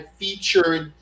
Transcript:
featured